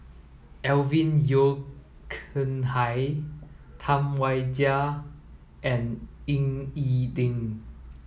Alvin Yeo Khirn Hai Tam Wai Jia and Ying E Ding